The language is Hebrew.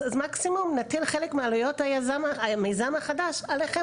שמקסימום נטיל חלק מעלויות המיזם החדש עליכם,